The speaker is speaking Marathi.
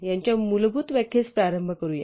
याच्या मूलभूत व्याख्येस प्रारंभ करूया